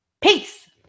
Peace